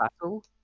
battle